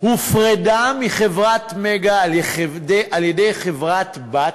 הופרדה מחברת "מגה" על-ידי חברה בת,